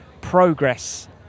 progress